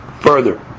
Further